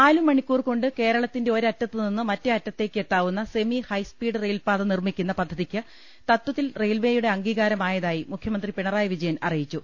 നാലു മണിക്കൂർ കൊണ്ട് കേരളത്തിന്റെ ഒരറ്റത്തു നിന്ന് മറ്റേ അറ്റത്തേ ക്ക് എത്താവുന്ന സെമി ഹൈസ്പീഡ് റെയിൽപാത നിർമിക്കുന്ന പദ്ധതി ക്ക് തത്തിൽ റെയിൽവേയുടെ അംഗീകാരമായതായി മുഖ്യമന്ത്രി പിണ റായി വിജയൻ അറിയിച്ചു